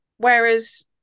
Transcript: Whereas